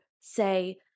say